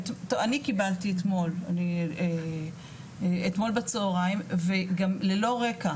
אני קבלתי אתמול בצוהריים וגם ללא רקע